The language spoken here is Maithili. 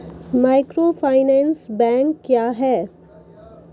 माइक्रोफाइनेंस बैंक क्या हैं?